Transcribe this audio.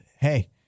hey